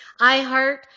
iHeart